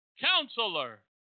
Counselor